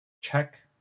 check